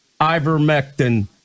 Ivermectin